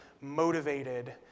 motivated